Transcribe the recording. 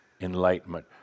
enlightenment